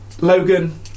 Logan